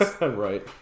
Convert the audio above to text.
Right